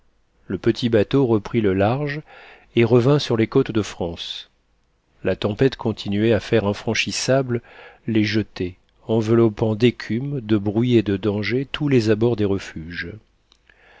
le petit bateau reprit le large et revint sur les côtes de france la tempête continuait à faire infranchissables les jetées enveloppant d'écume de bruit et de danger tous les abords des refuges